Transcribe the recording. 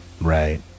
Right